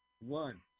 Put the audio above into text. one